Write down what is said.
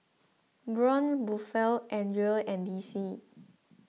Braun Buffel andre and D C